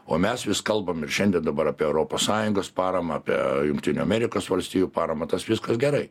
o mes vis kalbam ir šiandien dabar apie europos sąjungos paramą apie jungtinių amerikos valstijų paramą tas viskas gerai